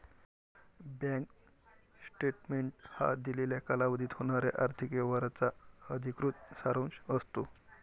bank statement हा दिलेल्या कालावधीत होणाऱ्या आर्थिक व्यवहारांचा अधिकृत सारांश असतो